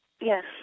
Yes